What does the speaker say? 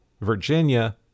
Virginia